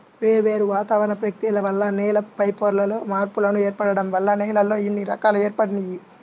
వేర్వేరు వాతావరణ ప్రక్రియల వల్ల నేల పైపొరల్లో మార్పులు ఏర్పడటం వల్ల నేలల్లో ఇన్ని రకాలు ఏర్పడినియ్యి